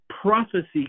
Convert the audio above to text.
prophecy